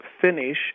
finish